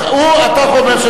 אתה אומר דבר לא נכון.